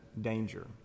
danger